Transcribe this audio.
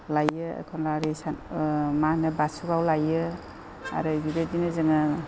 लायो एखनबा ओरै मा होनो बासुगावआव लायो आरो बेबायदिनो जोङो